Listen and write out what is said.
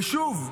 ושוב,